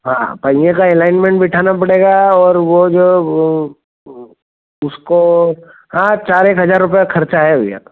हाँ पहिए का अलाइनमेंट बिठाना पड़ेगा और वह जो उसको हाँ चार एक हज़ार रुपया खर्चा है भैया